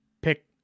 pick